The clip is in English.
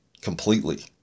completely